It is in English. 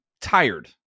tired